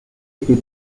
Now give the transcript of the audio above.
était